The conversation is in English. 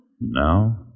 Now